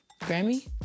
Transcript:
Grammy